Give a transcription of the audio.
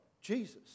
Jesus